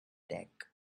deck